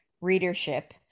readership